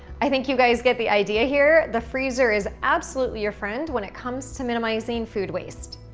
i think you guys get the idea here. the freezer is absolutely your friend when it comes to minimizing food waste.